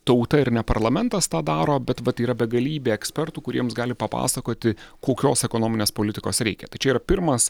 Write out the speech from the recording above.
tauta ir ne parlamentas tą daro bet vat yra begalybė ekspertų kuriems gali papasakoti kokios ekonominės politikos reikia tai čia yra pirmas